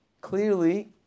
Clearly